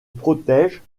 protège